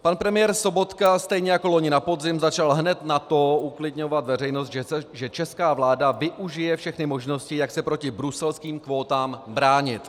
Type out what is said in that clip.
Pan premiér Sobotka stejně jako loni na podzim začal hned nato uklidňovat veřejnost, že česká vláda využije všechny možnosti, jak se proti bruselským kvótám bránit.